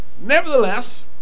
Nevertheless